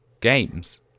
games